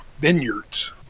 Vineyards